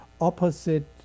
opposite